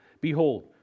behold